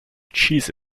cheese